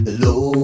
low